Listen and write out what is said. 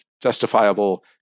justifiable